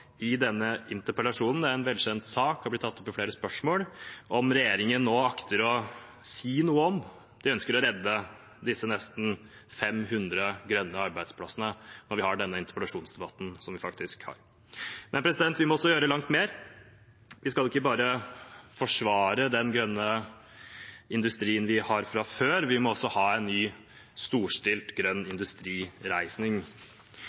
denne interpellasjonsdebatten som vi faktisk har, burde næringsministeren svare på det som er en velkjent sak, og som har blitt tatt opp i flere spørsmål – om regjeringen nå ønsker å redde disse nesten 500 grønne arbeidsplassene. Men vi må gjøre langt mer. Vi skal ikke bare forsvare den grønne industrien vi har fra før; vi må også ha en ny, storstilt grønn